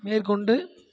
மேற்கொண்டு